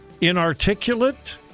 Inarticulate